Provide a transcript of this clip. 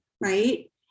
right